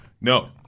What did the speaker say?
No